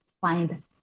find